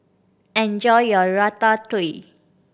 enjoy your Ratatouille